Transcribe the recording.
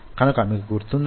కనుక మీకు గుర్తుందా